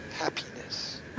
happiness